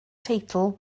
teitl